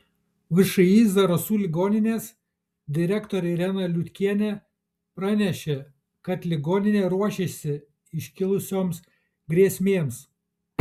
všį zarasų ligoninės direktorė irena liutkienė pranešė kad ligoninė ruošiasi iškilusioms grėsmėms